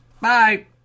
Bye